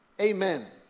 Amen